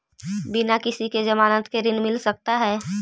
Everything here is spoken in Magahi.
बिना किसी के ज़मानत के ऋण मिल सकता है?